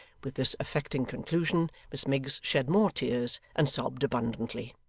with this affecting conclusion, miss miggs shed more tears, and sobbed abundantly.